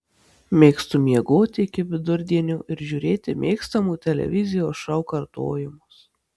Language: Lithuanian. mėgstu miegoti iki vidurdienio ir žiūrėti mėgstamų televizijos šou kartojimus